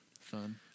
fun